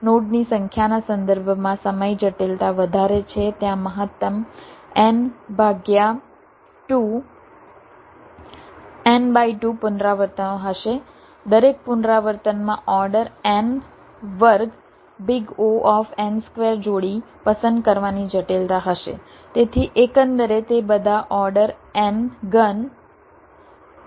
નોડની સંખ્યાના સંદર્ભમાં સમય જટિલતા વધારે છે ત્યાં મહત્તમ n ભાગ્યા 2 n2 પુનરાવર્તનો હશે દરેક પુનરાવર્તનમાં ઓર્ડર n વર્ગ O જોડી પસંદ કરવાની જટિલતા હશે તેથી એકંદરે તે બધા ઓર્ડર n ઘન O હશે